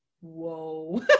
whoa